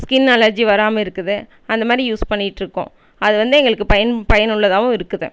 skin allergy வராமல் இருக்குது அந்த மாரி யூஸ் பண்ணிகிட்டு இருக்கோம் அது வந்து எங்களுக்கு பயன் பயனுள்ளதாகவும் இருக்குது